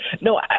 no